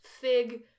fig